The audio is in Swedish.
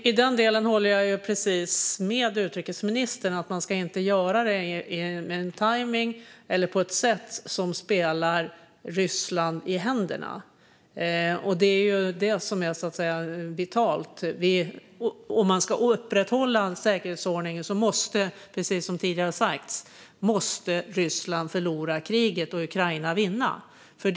Fru talman! Jag håller helt med utrikesministern om att man inte ska göra det med en tajmning eller på ett sätt som spelar Ryssland i händerna. Det är vitalt. Om man ska upprätthålla säkerhetsordningen måste, precis som tidigare har sagts, Ryssland förlora och Ukraina vinna kriget.